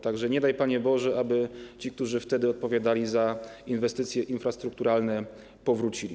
Tak że nie daj, Panie Boże, aby ci, którzy wtedy odpowiadali za inwestycje infrastrukturalne, powrócili.